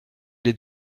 les